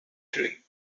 dream